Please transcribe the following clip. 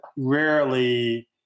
rarely